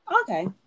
Okay